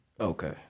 Okay